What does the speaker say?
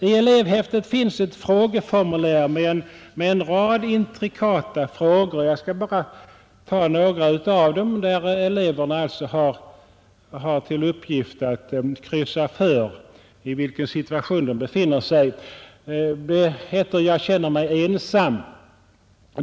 I elevhäftet finns ett frågeformulär med en rad intrikata frågor — jag skall bara läsa upp några av dem — vilka eleverna har till uppgift att besvara genom förkryssning. En uppgift lyder: ”Jag känner mig ensam .